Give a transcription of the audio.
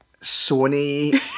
Sony